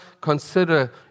consider